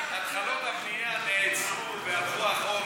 התחלות הבנייה נעצרו והלכו אחורה,